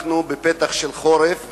אנחנו בפתח החורף,